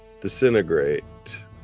Disintegrate